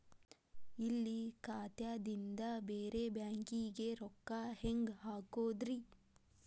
ಇಲ್ಲಿ ಖಾತಾದಿಂದ ಬೇರೆ ಬ್ಯಾಂಕಿಗೆ ರೊಕ್ಕ ಹೆಂಗ್ ಹಾಕೋದ್ರಿ?